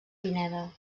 pineda